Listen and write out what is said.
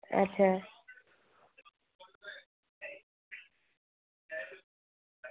अच्छा